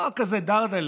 לא כזה דרדל'ה,